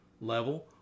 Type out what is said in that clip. level